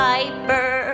Piper